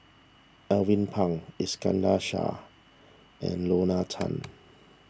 Alvin Pang Iskandar Shah and Lorna Tan